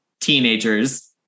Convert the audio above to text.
teenagers